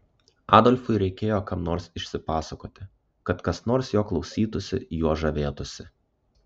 adolfui reikėjo kam nors išsipasakoti kad kas nors jo klausytųsi juo žavėtųsi